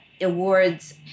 awards